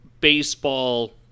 baseball